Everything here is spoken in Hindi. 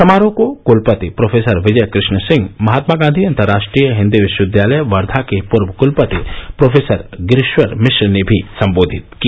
समारोह को कलपति प्रोफेसर विजय कृष्ण सिंह महात्मा गांधी अंतरराष्ट्रीय हिंदी विश्वविद्यालय वर्धा के पूर्व कुलपति प्रोफेसर गिरीश्वर मिश्र ने भी सम्बोधित किया